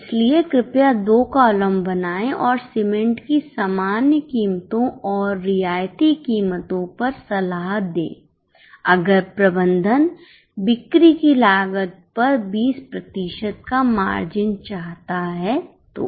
इसलिए कृपया दो कॉलम बनाएं और सीमेंट की सामान्य कीमतों और रियायती कीमतों पर सलाह दें अगर प्रबंधन बिक्री की लागत पर 20 प्रतिशत का मार्जिन चाहता है तो